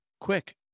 quick